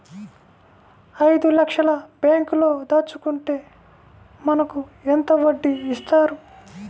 ఐదు లక్షల బ్యాంక్లో దాచుకుంటే మనకు ఎంత వడ్డీ ఇస్తారు?